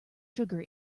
sugar